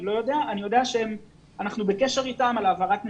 אני יודע שאנחנו בקשר אתם על העברת נתונים,